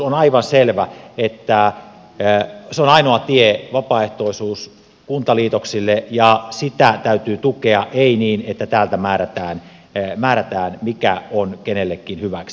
on aivan selvä että vapaaehtoisuus on ainoa tie kuntaliitoksille ja sitä täytyy tukea ei niin että täältä määrätään mikä on kenellekin hyväksi